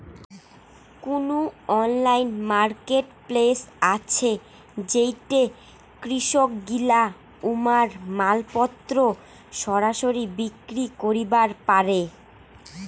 কুনো online marketplace আছে যেইঠে কৃষকগিলা উমার মালপত্তর সরাসরি বিক্রি করিবার পারে?